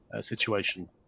situation